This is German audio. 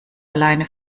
alleine